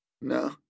No